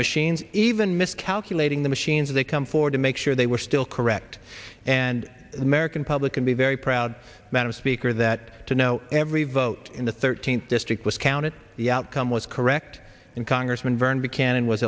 machines even miscalculating the machines they come forward to make sure they were still correct and the american public can be very proud madam speaker that to know every vote in the thirteenth district was counted the outcome was correct and congressman